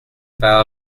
bow